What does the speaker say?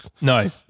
No